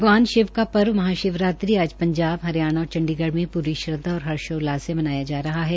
भगवान शिव का पर्व महाशिवरात्रि आज पंजाब हरियाणा और चंडीगढ़ में पूरी श्रद्वा और हर्षोल्लास से मनाया जा रहा है